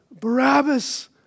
Barabbas